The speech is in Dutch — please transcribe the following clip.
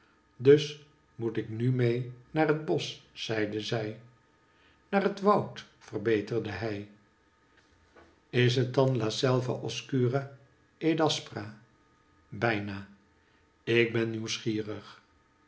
dus moet ik nu mee naar het bosch zeide zij naar het woud verbeterde hij is het dan la selva oscura ed aspra bijna ik ben nieuwsgierig